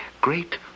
great